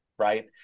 Right